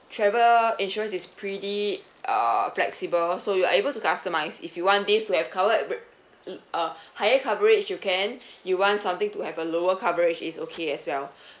travel insurance is pretty uh flexible so you are able to customise if you want this to have covera~ uh higher coverage you can you want something to have a lower coverage it's okay as well